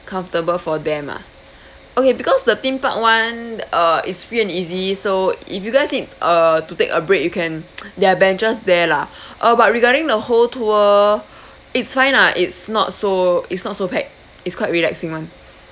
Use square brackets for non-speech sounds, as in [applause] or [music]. comfortable for them ah okay because the theme park one uh is free and easy so if you guys need uh to take a break you can [noise] there are benches there lah uh but regarding the whole tour it's fine lah it's not so it's not so packed it's quite relaxing [one]